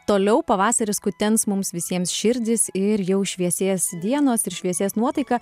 toliau pavasaris kutens mums visiems širdis ir jau šviesės dienos ir šviesės nuotaika